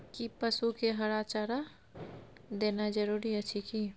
कि पसु के हरा चारा देनाय जरूरी अछि की?